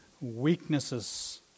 Weaknesses